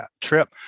trip